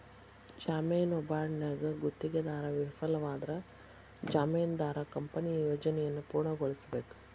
ಜಾಮೇನು ಬಾಂಡ್ನ್ಯಾಗ ಗುತ್ತಿಗೆದಾರ ವಿಫಲವಾದ್ರ ಜಾಮೇನದಾರ ಕಂಪನಿಯ ಯೋಜನೆಯನ್ನ ಪೂರ್ಣಗೊಳಿಸಬೇಕ